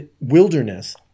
wilderness